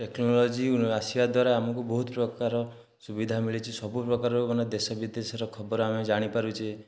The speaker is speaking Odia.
ଟେକ୍ନୋଲୋଜି ଆସିବା ଦ୍ୱାରା ଆମକୁ ବହୁତ ପ୍ରକାର ସୁବିଧା ମିଳିଛି ସବୁପ୍ରକାର ମାନେ ଦେଶ ବିଦେଶର ଖବର ଆମେ ଜାଣିପାରୁଛେ